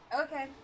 Okay